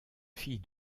fille